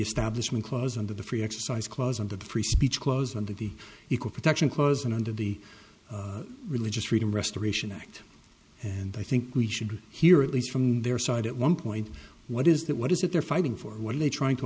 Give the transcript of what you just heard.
establishment clause under the free exercise clause of the free speech closed under the equal protection clause and under the religious freedom restoration act and i think we should hear at least from their side at one point what is that what is it they're fighting for what are they trying to